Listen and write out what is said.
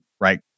right